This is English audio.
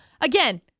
Again